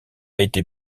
été